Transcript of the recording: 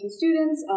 students